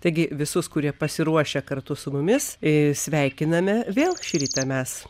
taigi visus kurie pasiruošę kartu su mumis ir sveikiname vėl šį rytą mes